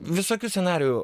visokių scenarijų